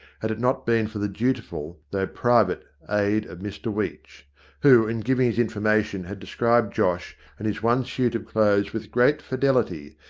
had it not been for the dutiful though private aid of mr weech who, in giving his information had described josh and his one suit of clothes with great fidelity,